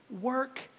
work